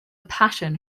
passion